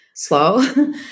slow